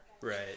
Right